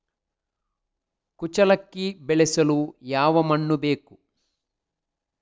ಕುಚ್ಚಲಕ್ಕಿ ಬೆಳೆಸಲು ಯಾವ ಮಣ್ಣು ಬೇಕು?